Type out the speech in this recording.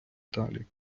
далі